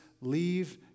leave